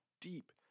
deep